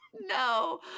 No